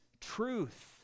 truth